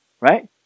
right